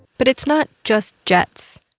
but it's not just jets.